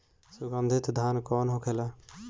सुगन्धित धान कौन होखेला?